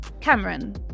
Cameron